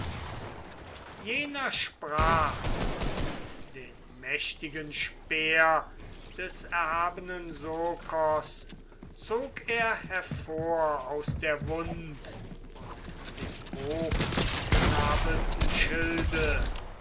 jener sprach's und den mächtigen speer des erhabenen sokos zog er hervor aus der wund und dem hochgenabelten schilde